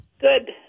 Good